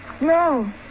No